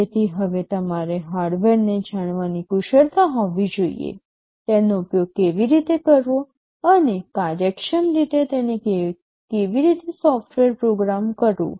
તેથી હવે તમારે હાર્ડવેરને જાણવાની કુશળતા હોવી જોઈએ તેનો ઉપયોગ કેવી રીતે કરવો અને કાર્યક્ષમ રીતે તેને કેવી રીતે સોફ્ટવેર પ્રોગ્રામ કરવું